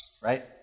right